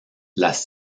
las